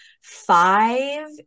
five